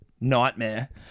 nightmare